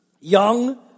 Young